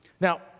Now